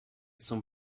some